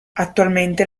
attualmente